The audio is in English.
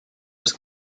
was